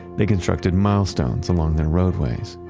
they constructed milestones along their roadways.